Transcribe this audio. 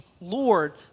Lord